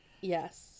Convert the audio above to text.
yes